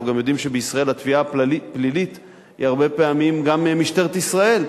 אנחנו גם יודעים שבישראל התביעה הפלילית היא הרבה פעמים משטרת ישראל.